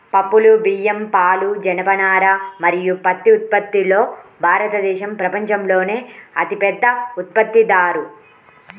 పప్పులు, బియ్యం, పాలు, జనపనార మరియు పత్తి ఉత్పత్తిలో భారతదేశం ప్రపంచంలోనే అతిపెద్ద ఉత్పత్తిదారు